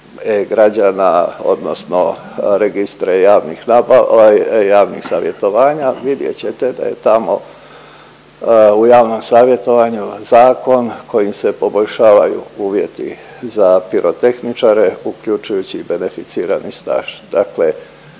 nabava, ovaj javnih savjetovanja vidjet ćete da je tamo u javnom savjetovanju zakon kojim se poboljšavaju uvjeti za pirotehničare uključujući i beneficirani staž,